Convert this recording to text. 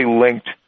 linked